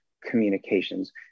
communications